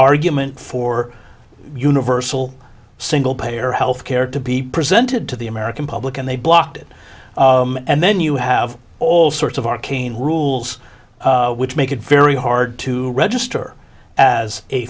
argument for universal single payer health care to be presented to the american public and they blocked it and then you have all sorts of arcane rules which make it very hard to register as a